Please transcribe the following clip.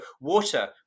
water